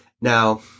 Now